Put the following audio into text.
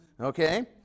Okay